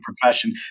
profession